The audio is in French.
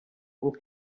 aux